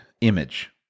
image